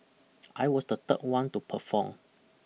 I was the third one to perform